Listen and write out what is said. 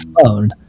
phone